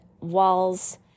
walls